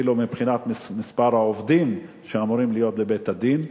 ואפילו מבחינת מספר העובדים שאמורים להיות בבית-הדין.